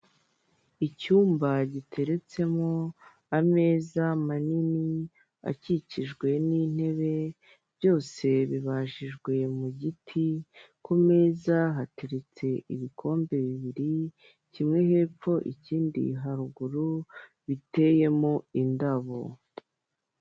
Icyumba giteretsemo ameza manini akikijwe n'intebe byose bibajijwe mu giti ,ku meza hateretse ibikombe bibiri kimwe hepfo ikindi haruguru biteyemo indabo.